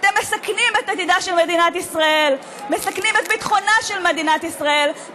אתם מסכנים את עתידה של מדינת ישראל,